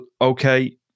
okay